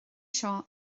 seo